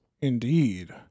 Indeed